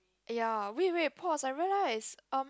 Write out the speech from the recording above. ya wait wait pause I realise um